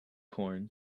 corn